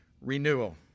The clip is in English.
renewal